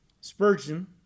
Spurgeon